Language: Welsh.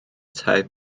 tai